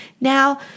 Now